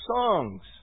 songs